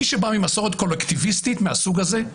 מי שבא ממסורת קולקטיביסטית מהסוג הזה,